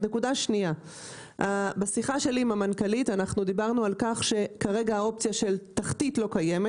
לכן יש חשיבות עליונה בהפעלת תחנת אחיטוב כאשר המסילה תתחיל לעבוד.